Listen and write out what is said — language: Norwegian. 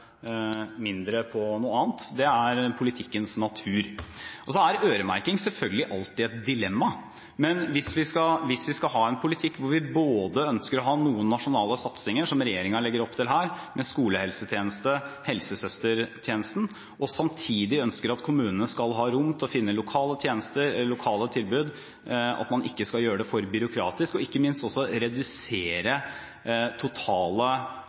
mindre på noe annet. Det er politikkens natur. Og så er øremerking selvfølgelig alltid et dilemma. Hvis vi skal ha en politikk hvor vi både ønsker å ha noen nasjonale satsinger, som regjeringen legger opp til her med skolehelsetjeneste og helsesøstertjenesten, og samtidig ønsker at kommunene skal ha rom til å finne lokale tilbud, at man ikke skal gjøre det for byråkratisk, og ikke minst redusere den totale